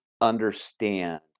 understand